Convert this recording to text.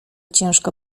ciężko